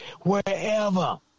wherever